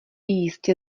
jistě